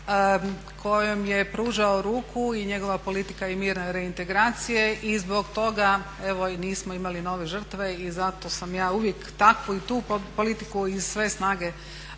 kojom je pružao ruku i njegova politika i mirna reintegracija. I zbog toga evo i nismo imali nove žrtve. I zato sam ja uvijek takvu i tu politiku iz sve snage podržavala.